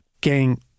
gang